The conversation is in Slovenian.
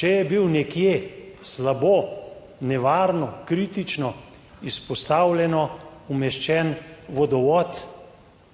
Če je bil nekje slabo, nevarno, kritično izpostavljeno umeščen vodovod,